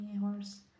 horse